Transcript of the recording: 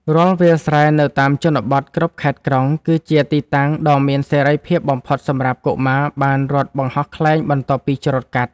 រាល់វាលស្រែនៅតាមជនបទគ្រប់ខេត្តក្រុង គឺជាទីតាំងដ៏មានសេរីភាពបំផុតសម្រាប់កុមារបានរត់បង្ហោះខ្លែងបន្ទាប់ពីច្រូតកាត់។